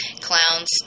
clowns